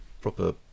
proper